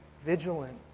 vigilant